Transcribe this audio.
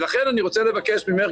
ולכן אני רוצה לבקש ממך,